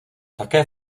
také